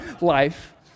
life